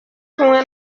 kumwe